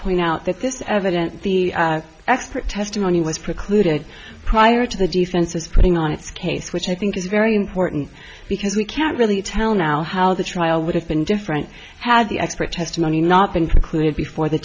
point out that this evident the expert testimony was precluded prior to the defense was putting on its case which i think is very important because we can't really tell now how the trial would have been different had the expert testimony not been concluded before th